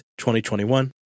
2021